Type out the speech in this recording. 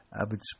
average